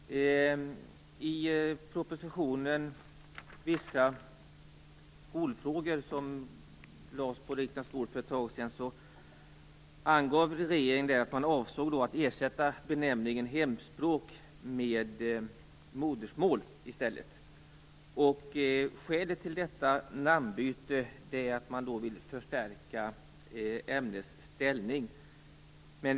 Herr talman! I propositionen Vissa skolfrågor m.m., som för ett tag sedan lades fram på riksdagens bord, anger regeringen att man avser att ersätta benämningen hemspråk med benämningen modersmål. Skälet till detta namnbyte är att man vill förstärka ämnets ställning.